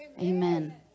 Amen